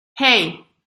hey